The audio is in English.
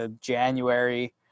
January